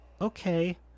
okay